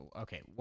Okay